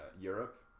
Europe